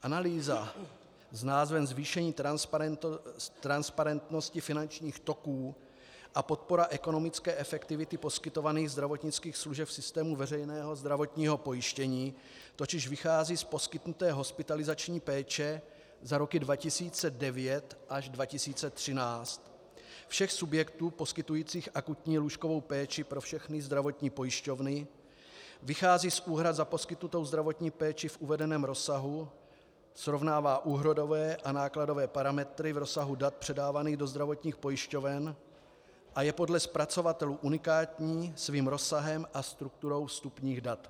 Analýza s názvem Zvýšení transparentnosti finančních toků a podpora ekonomické efektivity poskytovaných zdravotnických služeb v systému veřejného zdravotního pojištění totiž vychází z poskytnuté hospitalizační péče za roky 2009 až 2013 všech subjektů poskytujících akutní lůžkovou péči pro všechny zdravotní pojišťovny, vychází z úhrad za poskytnutou zdravotní péči v uvedeném rozsahu, srovnává úhradové a nákladové parametry v rozsahu dat předávaných do zdravotních pojišťoven a je podle zpracovatelů unikátní svým rozsahem a strukturou vstupních dat.